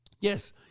Yes